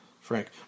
Frank